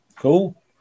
Cool